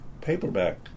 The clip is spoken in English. paperback